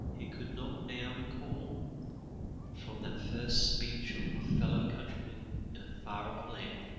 he could not now recall, but from that first speech of fellow-countrymen in a far-off land,